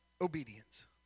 obedience